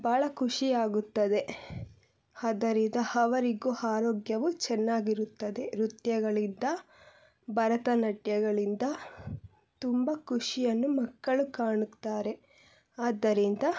ಭಾಳ ಖುಷಿ ಆಗುತ್ತದೆ ಹದರಿದ ಅವರಿಗೂ ಆರೋಗ್ಯವು ಚೆನ್ನಾಗಿರುತ್ತದೆ ನೃತ್ಯಗಳಿಂದ ಭರತನಾಟ್ಯಗಳಿಂದ ತುಂಬ ಖುಷಿಯನ್ನು ಮಕ್ಕಳು ಕಾಣುತ್ತಾರೆ ಆದ್ದರಿಂದ